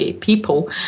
people